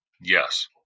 Yes